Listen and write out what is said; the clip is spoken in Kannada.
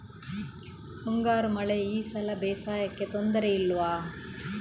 ಮುಂಗಾರು ಮಳೆ ಈ ಸಲ ಬೇಸಾಯಕ್ಕೆ ತೊಂದರೆ ಇಲ್ವ?